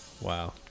Wow